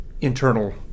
internal